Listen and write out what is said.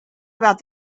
about